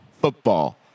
football